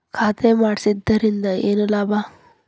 ಖಾತೆ ಮಾಡಿಸಿದ್ದರಿಂದ ಏನು ಲಾಭ?